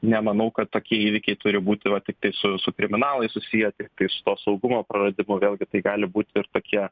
nemanau kad tokie įvykiai turi būti vat tiktai su su kriminalais susieti tai su to saugumo praradimu vėlgi tai gali būti ir tokie